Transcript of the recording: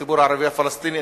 הציבור הערבי הפלסטיני,